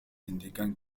indican